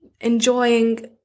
enjoying